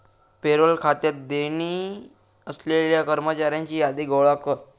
payroll खात्यात देणी असलेल्या कर्मचाऱ्यांची यादी गोळा कर